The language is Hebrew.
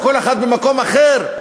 כל אחד במקום אחר.